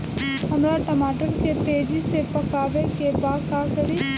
हमरा टमाटर के तेजी से पकावे के बा का करि?